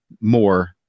more